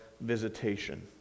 visitation